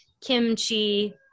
kimchi